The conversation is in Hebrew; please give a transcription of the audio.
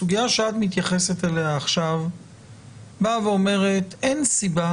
הסוגיה שאת מתייחסת אליה עכשיו אומרת, אין סיבה